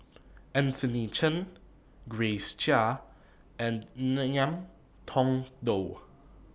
Anthony Chen Grace Chia and Ngiam Tong Dow